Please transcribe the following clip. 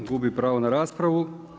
Gubi pravo na raspravu.